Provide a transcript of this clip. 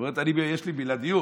זאת אומרת, יש לי בלעדיות.